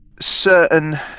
certain